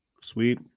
sweet